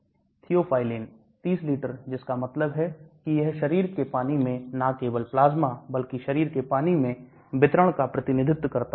Theophylline 30 litre जिसका मतलब है कि यह शरीर के पानी में ना केवल प्लाज्मा बल्कि शरीर के पानी में वितरण का प्रतिनिधित्व करता है